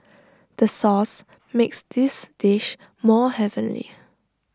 the sauce makes this dish more heavenly